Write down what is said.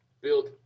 built